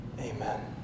Amen